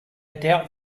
doubt